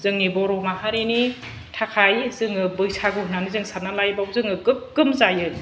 जोंनि बर' माहारिनि थाखाय जोङो बैसागु होनानै जोङो सानना लायो बावसो जोङो गोगोम जायो